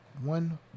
one